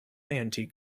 antique